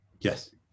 Yes